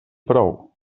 prou